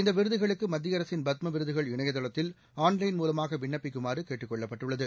இந்த விருதுகளுக்கு மத்திய அரசின் பத்ம விருதுகள் இணையதளத்தில் ஆன்லைன் மூலமாக விண்ணப்பிக்குமாறு கேட்டுக் கொள்ளப்பட்டுள்ளது